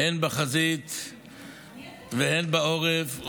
הן בחזית והן בעורף,